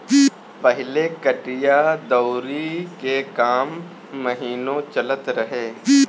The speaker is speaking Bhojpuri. पहिले कटिया दवरी के काम महिनो चलत रहे